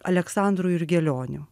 aleksandru jurgelioniu